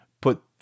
put